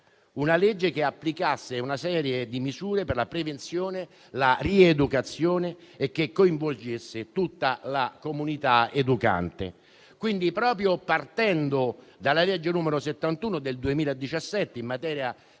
una legge che applicasse una serie di misure per la prevenzione, la rieducazione e che coinvolgesse tutta la comunità educante. Proprio partendo dalla legge n. 71 del 2017, in materia di